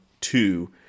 two